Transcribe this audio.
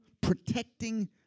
protecting